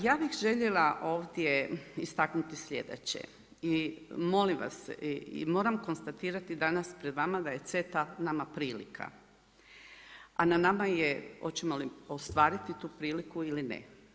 Ja bih željela ovdje istaknuti sljedeće i molim vas i moram konstatirati danas pred vama da je CETA nama prilika, a na nama je hoćemo li ostvariti tu priliku ili ne.